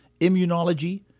immunology